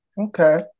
Okay